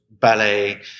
ballet